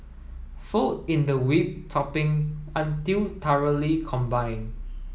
fold in the whipped topping until thoroughly combine